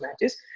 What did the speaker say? matches